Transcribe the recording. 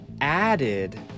added